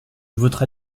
voterai